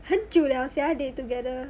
很久了 sia they together